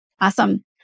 Awesome